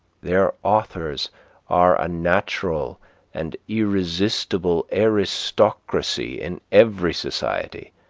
their authors are a natural and irresistible aristocracy in every society,